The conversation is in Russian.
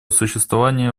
существования